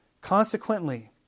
Consequently